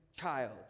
child